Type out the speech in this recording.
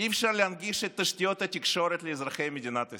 אי-אפשר להנגיש את תשתיות התקשורת לאזרחי מדינת ישראל.